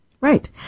Right